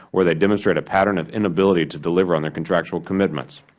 where they demonstrate a pattern of inability to deliver on their contractual commitments.